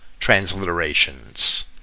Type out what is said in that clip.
transliterations